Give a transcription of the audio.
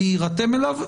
להירתם אליו,